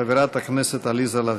חברת הכנסת עליזה לביא.